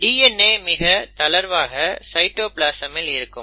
DNA மிக தளர்வாக சைட்டோபிளாசமில் இருக்கும்